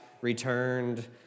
returned